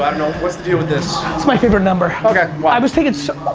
know what's the deal with this? it's my favorite number. okay. why? i was taken so,